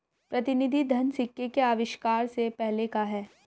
प्रतिनिधि धन सिक्के के आविष्कार से पहले का है